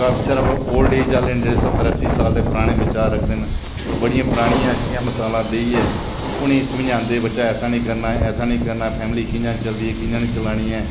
old age आहले जेहड़े स्हत्तर अस्सी साल दे जेहड़े पराने बिचार रखदे ना बडियां परानियां अच्छियां मसालां देइये उंहेगी समझांदे बच्चे ऐसा नेईं करना बेसा नेईं करना कियां चलदी ऐ कियां ने चलानी ऐ